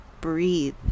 breathe